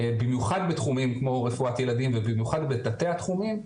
במיוחד בתחומים כמו רפואת ילדים ובמיוחד בתתי התחומים.